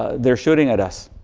they're shooting at us.